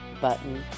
button